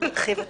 את